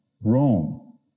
Rome